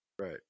Right